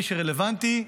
מי שרלוונטי,